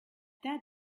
that